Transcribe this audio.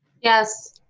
yes.